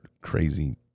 crazy